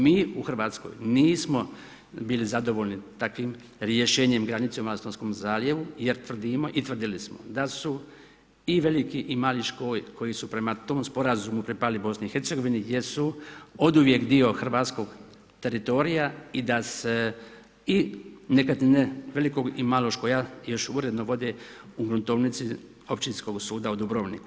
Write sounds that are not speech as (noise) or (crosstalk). Mi u Hrvatskoj nismo bili zadovoljni takvim rješenjem granicama na … (unintelligible) zaljevu, jer tvrdimo i tvrdili smo da su i veliki i mali Školj koji su prema tom sporazumu pripali BIH gdje su oduvijek dio hrvatskog teritorija i da se i nekretnine velikog i malog Školja još uredno vode u gruntovnici Općinskog suda u Dubrovniku.